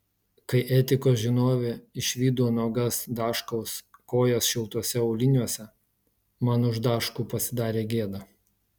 kai etikos žinovė išvydo nuogas daškaus kojas šiltuose auliniuose man už daškų pasidarė gėda